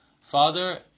father